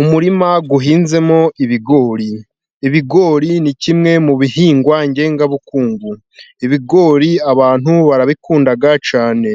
Umurima uhinzemo ibigori, ibigori ni kimwe mu bihingwa ngengabukungu, ibigori abantu barabikunda cyane